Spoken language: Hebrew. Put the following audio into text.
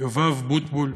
יובב בוטבול,